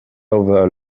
over